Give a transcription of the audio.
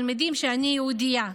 ושאני יהודייה.